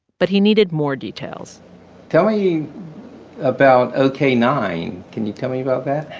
but he needed more details tell me about ok nine. can you tell me about